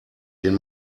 den